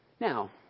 Now